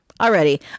already